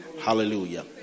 Hallelujah